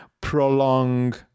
prolong